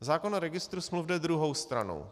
Zákon o registru smluv jde druhou stranou.